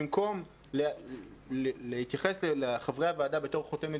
במקום להתייחס לחברי הוועדה בתור חותמת